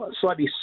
slightly